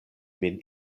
min